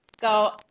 go